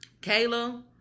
Kayla